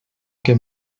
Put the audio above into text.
que